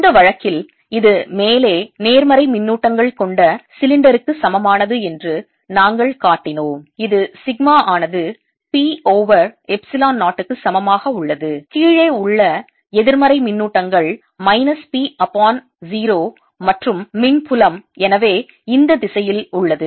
இந்த வழக்கில் இது மேலே நேர்மறை மின்னூட்டங்கள் கொண்ட சிலிண்டருக்கு சமமானது என்று நாங்கள் காட்டினோம் இது சிக்மா ஆனது P ஓவர் எப்சிலான் 0 க்கு சமமாக உள்ளது கீழே உள்ள எதிர்மறை மின்னூட்டங்கள் மைனஸ் P upon 0 மற்றும் மின் புலம் எனவே இந்த திசையில் உள்ளது